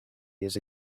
years